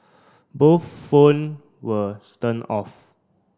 both phone were turn off